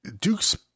Duke's